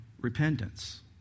repentance